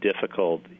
difficult